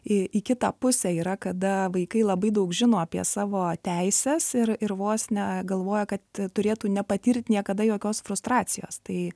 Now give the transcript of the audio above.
į į kitą pusę yra kada vaikai labai daug žino apie savo teises ir ir vos ne galvoja kad turėtų nepatirt niekada jokios frustracijos tai